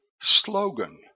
slogan